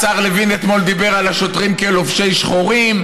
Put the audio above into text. השר לוין דיבר אתמול על השוטרים כעל לובשי שחורים.